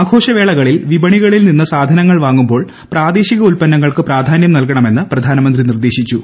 ആഘോഷവേളകളിൽ വിപണികളിൽ നിന്ന് സാധനങ്ങൾ വാങ്ങുമ്പോൾ പ്രാദേശിക ഉത്പന്നങ്ങൾക്ക് പ്രാധാന്യം നൽകണമെന്ന് പ്രധാനമന്ത്രി നിർദ്ദേശിച്ചു